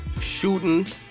shooting